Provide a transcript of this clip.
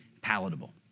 palatable